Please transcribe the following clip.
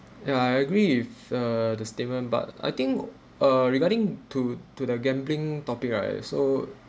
ya I agree with uh the statement but I think uh regarding to to the gambling topic right so